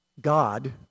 God